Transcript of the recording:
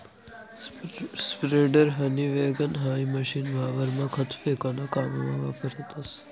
spreader, हनी वैगण हाई मशीन वावरमा खत फेकाना काममा वापरतस